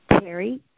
Terry